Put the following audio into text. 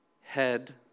head